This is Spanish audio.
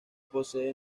posee